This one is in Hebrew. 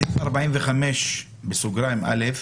סעיף 45(א).